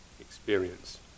experience